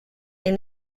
est